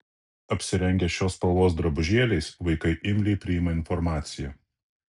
apsirengę šios spalvos drabužėliais vaikai imliai priima informaciją